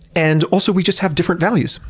and also we just have different values.